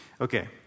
Okay